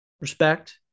Respect